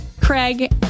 Craig